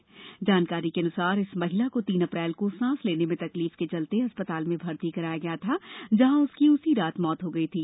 आधिकारिक जानकारी के अनुसार इस महिला को तीन अप्रैल को सांस लेने में हो रही तकलीफ के चलते अस्पताल में भर्ती कराया गया था जहां उसकी उसी रात मृत्यु हो गयी थी